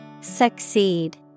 Succeed